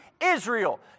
Israel